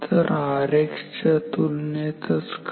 तर Rx च्या तुलनेतच का